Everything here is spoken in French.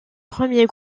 premiers